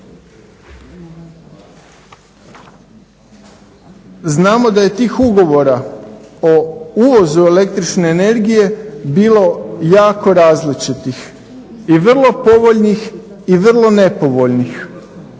Znamo da je tih ugovora o uvozu električne energije bilo jako različitih i vrlo povoljnih i vrlo nepovoljnih,